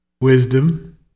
Wisdom